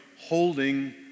holding